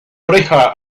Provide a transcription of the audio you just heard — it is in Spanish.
oreja